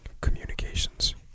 communications